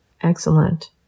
Excellent